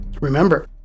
Remember